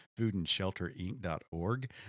foodandshelterinc.org